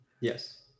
Yes